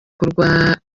kurwara